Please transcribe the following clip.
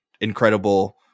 incredible